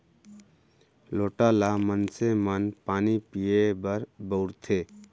लोटा ल मनसे मन पानी पीए बर बउरथे